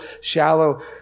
shallow